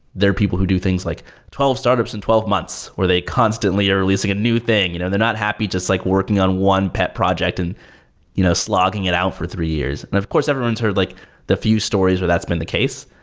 are people who do things like twelve startups in twelve months where they constantly are releasing a new thing. you know they're not happy just like working on one pet project and you know slogging it out for three years. and of course, everyone's heard of like the few stories where that's been the case.